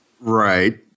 Right